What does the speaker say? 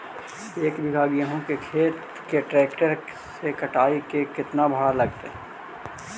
एक बिघा गेहूं के खेत के ट्रैक्टर से कटाई के केतना भाड़ा लगतै?